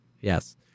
Yes